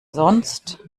sonst